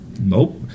Nope